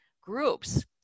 groups